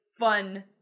fun